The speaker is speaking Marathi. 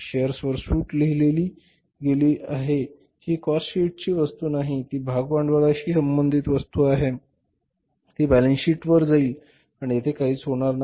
शेअर्सवर सूट लिहिली गेली आहे ही कॉस्ट शीटची वस्तू नाही ती भागभांडवलाशी संबंधित वस्तू आहे ती बॅलन्स शीटवर जाईल आणि येथे काहीच होणार नाही